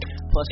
plus